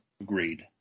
Agreed